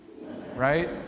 right